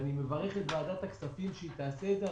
אני מברך את ועדת הכספים שתעשה זאת.